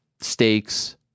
stakes